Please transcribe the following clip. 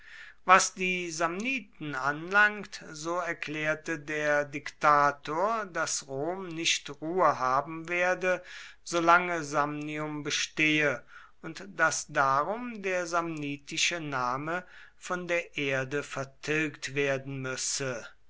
was die samniten anlangt so erklärte der diktator daß rom nicht ruhe haben werde solange samnium bestehe und daß darum der samnitische name von der erde vertilgt werden müsse